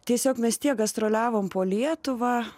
tiesiog mes tiek gastroliavom po lietuvą